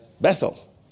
Bethel